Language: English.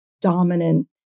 dominant